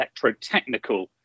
electrotechnical